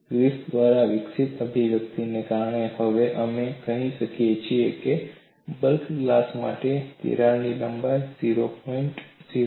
Griffith દ્વારા વિકસિત અભિવ્યક્તિને કારણે હવે અમે કહી શકીએ છીએ કે બલ્ક ગ્લાસ માટે તિરાડ લંબાઈ 0